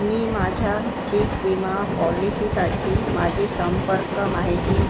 मी माझ्या पीक विमा पॉलिशीसाठी माझी संपर्क माहिती